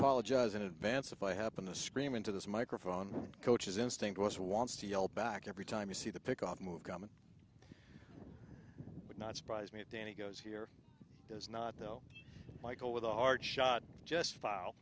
politics as in advance if i happen to scream into this microphone coach's instinct was wants to yell back every time you see the pick off move coming would not surprise me danny goes here is not though michael with a hard shot just file